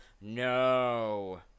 no